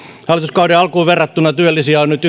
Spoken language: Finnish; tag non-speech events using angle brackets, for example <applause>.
hallituskauden alkuun verrattuna työllisiä on nyt <unintelligible>